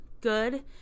good